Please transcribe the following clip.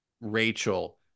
Rachel